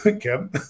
Kim